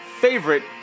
favorite